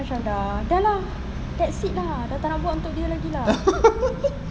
macam dah dah lah that's it lah dah tak nak buat untuk dia lagi lah